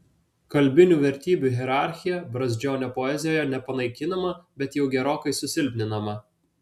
kalbinių vertybių hierarchija brazdžionio poezijoje nepanaikinama bet jau gerokai susilpninama